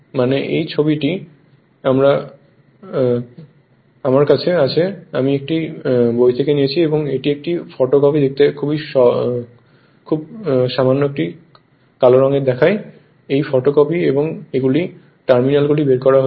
মানে এই ছবিটি আমার কাছে আছে আমি একটি বই থেকে নিয়েছি এবং এটি একটি ফটোকপি দেখতে খুব জানি খুব সামান্য কালো দেখায় কারণ এই ফটোকপি এবং এগুলি টার্মিনালগুলি বের করা হয়েছে